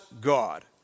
God